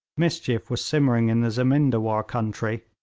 mischief was simmering in the zemindawar country.